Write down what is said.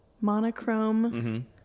Monochrome